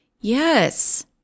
yes